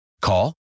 Call